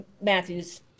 Matthew's